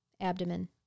abdomen